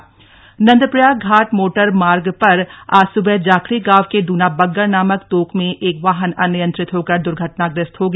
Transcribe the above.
motor दुर्घटना Nandprayag Ghat motor मार्ग पर आज सुबह जाखणी गांव के द्नाबगड नामक तोक में एक वाहन अनियंत्रित होकर दुर्घटनाग्रस्त हो गया